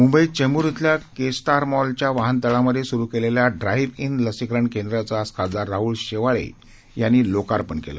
मुंबईत चेंब्र इथल्या K star मॉलच्या वाहन तळामधे स्रू केलेल्या ड्राईव्ह इन लसीकरण केंद्राचं आज खासदार राहूल शेवाळे यांनी लोकार्पण केलं